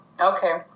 Okay